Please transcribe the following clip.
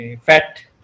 fat